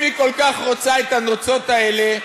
אם היא כל כך רוצה את הנוצות האלה,